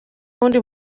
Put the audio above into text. wundi